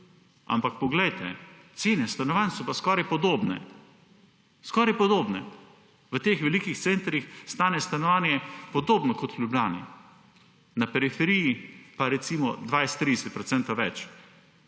ampak poglejte, cene stanovanj so pa podobne. Podobne. V teh velikih centrih stane stanovanje podobno kot v Ljubljani, na periferiji pa recimo 20, 30 % več.